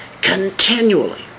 continually